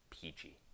peachy